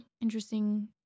interesting